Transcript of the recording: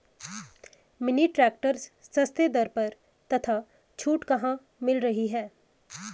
Mini tractor सस्ते दर पर तथा छूट कहाँ मिल रही है?